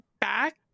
back